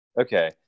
Okay